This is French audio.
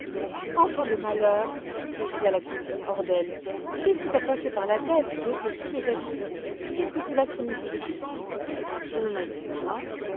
enfant de malheur s'écria la cousine hors d'elle qu'est-ce qui t'a passé par la tête d'ôter tous tes habits qu'est-ce que cela signifie je n'en ai plus besoin